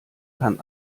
kann